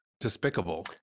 despicable